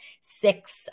six